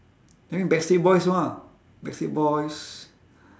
I mean backstreet boys backstreet boys